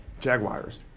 Jaguars